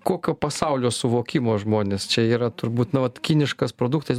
kokio pasaulio suvokimo žmonės čia yra turbūt nu vat kiniškas produktas